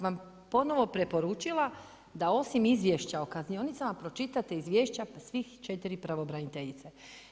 Pa ja bih vam ponovno preporučila da osim izvješća o kaznionicama, pročitate izvješća svi četiri pravobraniteljica.